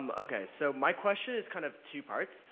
um okay, so my question is kind of two parts.